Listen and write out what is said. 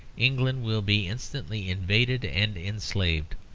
england will be instantly invaded and enslaved,